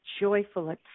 joyful